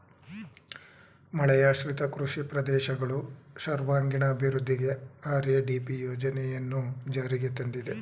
ಮಳೆಯಾಶ್ರಿತ ಕೃಷಿ ಪ್ರದೇಶಗಳು ಸರ್ವಾಂಗೀಣ ಅಭಿವೃದ್ಧಿಗೆ ಆರ್.ಎ.ಡಿ.ಪಿ ಯೋಜನೆಯನ್ನು ಜಾರಿಗೆ ತಂದಿದೆ